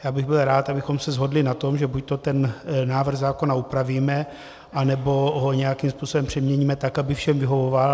Já bych byl rád, abychom se shodli na tom, že buďto ten návrh zákona upravíme, nebo ho nějakým způsobem přeměníme tak, aby všem vyhovoval.